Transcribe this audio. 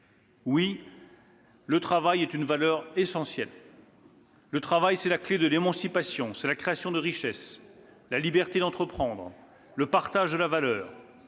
Oui, le travail est une valeur essentielle : le travail, c'est la clé de l'émancipation, la création de richesses, la liberté d'entreprendre, le partage de la valeur,